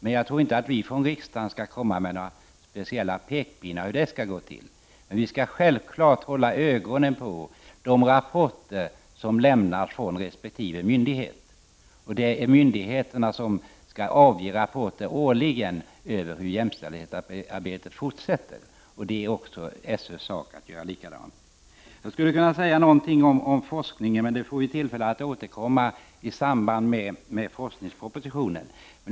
Från riksdagen skall vi dock inte komma med några speciella pekpinnar om hur det skall gå till. Vi måste dock självfallet ha ögonen på de rapporter som lämnas från resp. myndighet. Myndigheterna skall årligen avge rapporter över hur jämställdhetsarbetet fortsätter. SÖ skall göra likadant. Jag skulle vilja säga några ord om forskningen, men det får vi tillfälle att återkomma till i samband med forskningspropositionen.